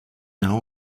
now